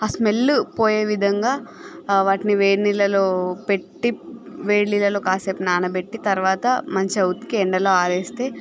ఆ స్మెల్ పోయే విధంగా వాటిని వేడి నీళ్లల్లో పెట్టి వేడి నీళ్లల్లో కాసేపు నాన పెట్టి తర్వాత మంచిగా ఉతికి ఎండలో ఆరేస్తే